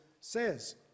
says